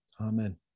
Amen